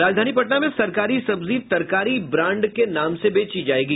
राजधानी पटना में सरकारी सब्जी तरकारी ब्रांड के नाम से बेची जायेगी